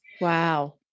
wow